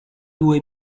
due